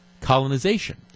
colonization